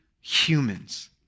humans